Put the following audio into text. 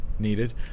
needed